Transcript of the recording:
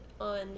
on